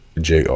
Jr